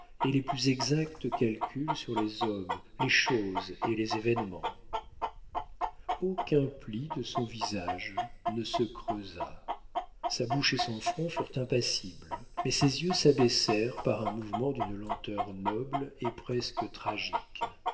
et les plus exacts calculs sur les hommes les choses et les événements aucun pli de son visage ne se creusa sa bouche et son front furent impassibles mais ses yeux s'abaissèrent par un mouvement d'une lenteur noble et presque tragique